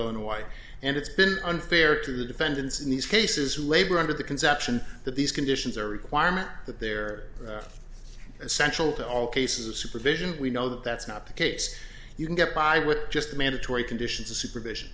illinois and it's been unfair to the defendants in these cases who labor under the conception that these conditions are requirement that they're essential to all cases of supervision we know that that's not the case you can get by with just mandatory conditions of supervision